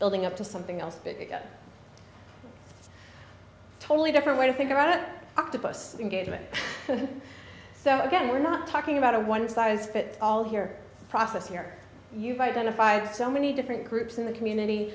building up to something else totally different way to think about an octopus engagement so again we're not talking about a one size fits all here process here you've identified so many different groups in the community